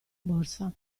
borsa